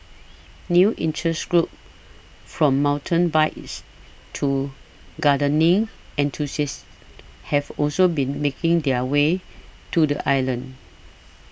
new interest groups from mountain bikers to gardening enthusiasts have also been making their way to the island